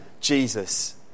Jesus